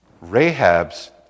Rahab's